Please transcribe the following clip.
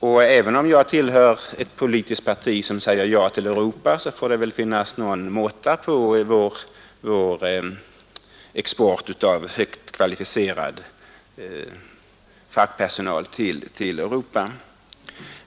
Och även om jag tillhör ett politiskt parti som säger ja till Europa får det ändä finnas någon matta på vår export av högt kvalificerad fackpersonal till Europa.